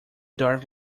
dark